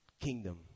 kingdom